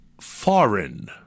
foreign